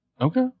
Okay